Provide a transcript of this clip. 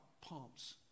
pumps